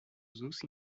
those